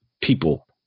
people